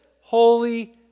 holy